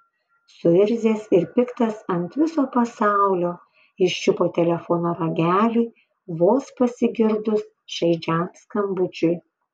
suirzęs ir piktas ant viso pasaulio jis čiupo telefono ragelį vos pasigirdus šaižiam skambučiui